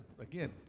Again